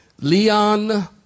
Leon